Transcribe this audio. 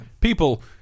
people